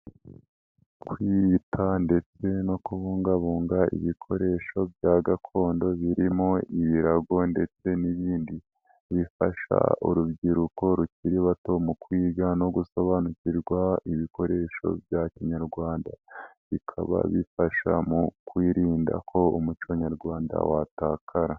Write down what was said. Kwita ndetse no kubungabunga ibikoresho bya gakondo birimo: ibirago ndetse n'ibindi, bifasha urubyiruko rukiri ruto mu kwiga no gusobanukirwa ibikoresho bya kinyarwanda. Bikaba bifasha mu kwirinda ko umuco nyarwanda watakara.